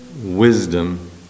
wisdom